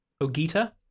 Ogita